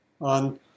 on